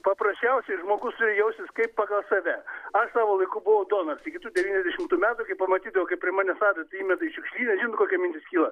paprasčiausiai žmogus jausis kaip pagal save aš savo laiku buvau donoras iki tų devyniasdešimtų metų kai pamatydavau kai prie manęs adatą įmeta į šiukšlyną žinot kokia mintis kyla